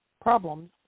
problems